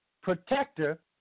protector